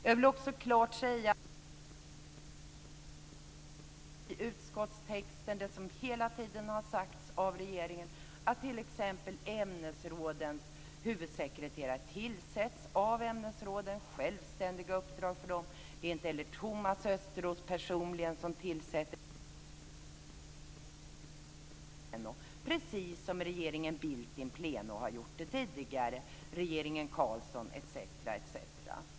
Jag vill också klart säga att vi har bl.a. markerat i utskottstexten det som hela tiden har sagts av regeringen om att t.ex. ämnesrådens huvudsekreterare tillsätts av ämnesråden. Det är självständiga uppdrag för dem. Det är inte heller Thomas Östros personligen som tillsätter rådsordförande, utan det gör regeringen in pleno, precis som regeringen Bildt och regeringen Carlsson in pleno har gjort det tidigare etc., etc.